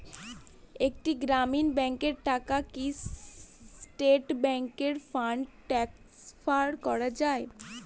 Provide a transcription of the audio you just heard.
একটি গ্রামীণ ব্যাংকের টাকা কি স্টেট ব্যাংকে ফান্ড ট্রান্সফার করা যাবে?